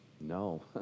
No